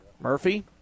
Murphy